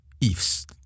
ifs